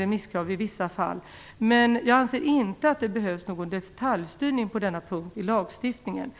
remisskrav i vissa fall. Men jag anser inte att det behövs någon detaljstyrning i lagstiftningen på denna punkt.